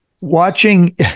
watching